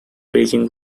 beijing